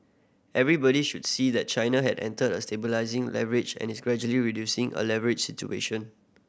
everybody should see that China had entered a stabilising leverage and is gradually reducing the a leverage situation